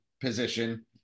position